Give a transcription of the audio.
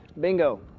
Bingo